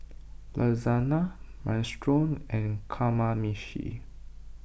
Lasagna Minestrone and Kamameshi